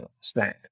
stand